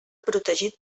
protegit